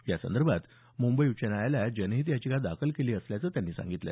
यासंदर्भात मुंबई उच्च न्यायालयात जनहित याचिका दाखल केली असल्याचं त्यांनी सांगितलं